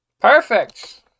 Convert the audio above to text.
Perfect